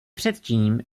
předtím